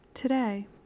Today